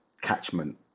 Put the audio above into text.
catchment